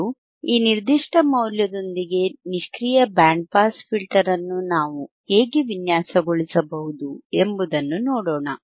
ಮತ್ತು ಈ ನಿರ್ದಿಷ್ಟ ಮೌಲ್ಯದೊಂದಿಗೆ ನಿಷ್ಕ್ರಿಯ ಬ್ಯಾಂಡ್ ಪಾಸ್ ಫಿಲ್ಟರ್ ಅನ್ನು ನಾವು ಹೇಗೆ ವಿನ್ಯಾಸಗೊಳಿಸಬಹುದು ಎಂಬುದನ್ನು ನೋಡೋಣ